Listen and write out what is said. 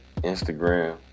instagram